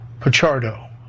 Pachardo